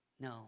No